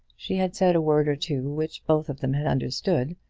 she had said a word or two which both of them had understood,